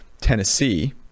Tennessee